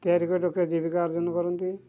ତିଆରି କରି ଲୋକେ ଜୀବିକା ଅର୍ଜନ କରନ୍ତି